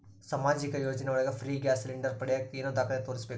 ಸಾಮಾಜಿಕ ಯೋಜನೆ ಒಳಗ ಫ್ರೇ ಗ್ಯಾಸ್ ಸಿಲಿಂಡರ್ ಪಡಿಯಾಕ ಏನು ದಾಖಲೆ ತೋರಿಸ್ಬೇಕು?